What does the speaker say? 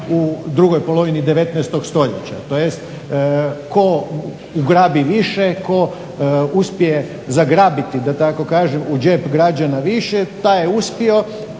u drugoj polovini 19 st. tj. tko ugrabi više, tko uspije zagrabiti da tako kažem u džep građana više taj je uspio,